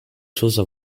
chose